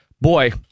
Boy